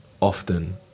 Often